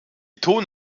ton